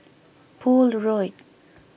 Poole Road